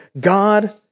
God